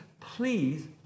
please